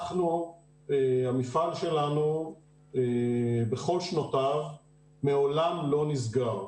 המפעל שלנו בכל שנותיו מעולם לא נסגר.